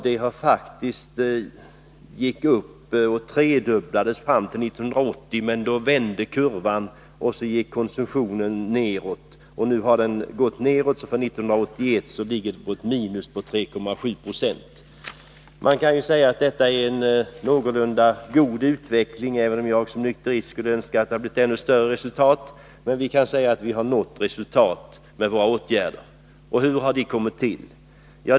Starkölsförsäljningen tredubblades fram till 1980, men då vände kurvan och 1981 gick konsumtionen ner 3,7 Io. Man kan säga att det är en någorlunda god utveckling, även om jag som nykterist skulle ha önskat en ännu bättre. Men vi kan se att vi har nått resultat med våra åtgärder. Hur har det då gått till?